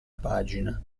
pagina